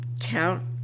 count